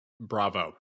bravo